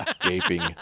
gaping